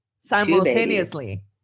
simultaneously